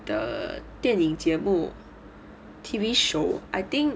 the 电影节目 T_V show I think